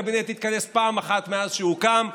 הקבינט התכנס פעם אחת מאז שהוקם,